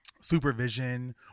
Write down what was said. supervision